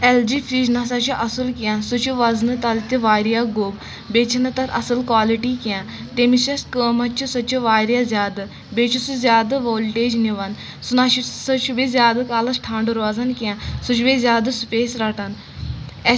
L G fridge نسا چھُ اَصٕل کیٚنٛہہ سُہ چھُ وَزنہٕ تَلہٕ تہِ واریاہ گوٚب بیٚیہِ چھِ نہٕ تَتھ اَصٕل کالٹی کیٚنٛہہ تٔمِس یۄس کۭمَتھ چھِ سۄ چھِ واریاہ زیادٕ بیٚیہِ چھُ سُہ زیادٕ ووٚلٹیج نِوان سُہ نہ چھُ سُہ چھُ بیٚیہِ زیادٕ کالَس ٹھنٛڈٕ روزان کیٚنٛہہ سُہ چھُ بیٚیہ زیادٕ سِپیس رَٹان